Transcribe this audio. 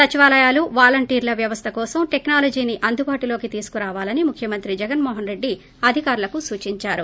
సచివాలయాలు వాలంటీర్ల వ్యవస్థల కోసం ే టెక్నాలజీని అందుబాటులోకి తీసుకురావలని ముఖ్యమంత్రి జగన్ మోహన్ రెడ్డి అధికారులకు సూచించారు